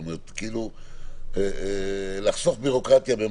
כלומר, לחסוך בירוקרטיה.